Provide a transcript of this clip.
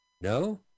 No